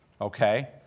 okay